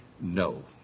no